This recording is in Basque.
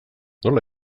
nola